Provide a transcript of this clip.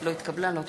לא התקבלה.